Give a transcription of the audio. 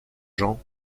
gens